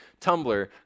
Tumblr